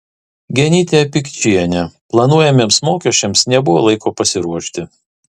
genytė pikčienė planuojamiems mokesčiams nebuvo laiko pasiruošti